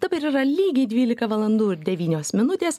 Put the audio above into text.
dabar yra lygiai dvylika valandų ir devynios minutės